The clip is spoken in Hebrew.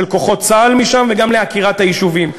כוחות צה"ל משם וגם לעקירת היישובים.